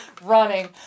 Running